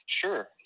Sure